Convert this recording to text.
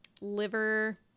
liver